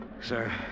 Sir